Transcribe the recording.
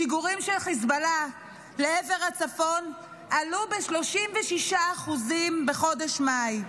השיגורים של חיזבאללה לעבר הצפון עלו ב-36% בחודש מאי: